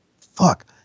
fuck